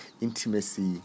intimacy